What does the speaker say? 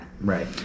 Right